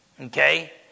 Okay